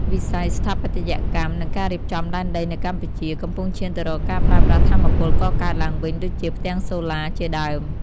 វិស័យស្ថាបត្យកម្ម និងការរៀបចំដែនដីនៅកម្ពុជា កំពុងឈានទៅរកការប្រើប្រាស់ថាមពលកកើតឡើងវិញដូចជា ផ្ទាំងសូឡា ជាដើម។